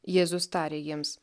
jėzus tarė jiems